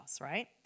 right